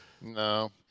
No